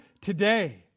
today